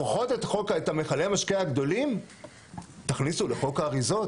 לפחות את מכלי המשקה הגדולים תכניסו לחוק האריזות.